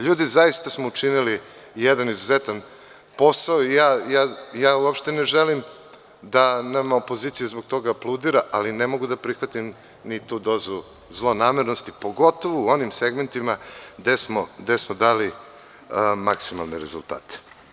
Ljudi, zaista smo učinili jedan izuzetan posao i ja uopšte ne želim da nam opozicija zbog toga aplaudira, ali ne mogu da prihvatim ni tu dozu zlonamernosti, pogotovo u onim segmentima gde smo dali maksimalne rezultate.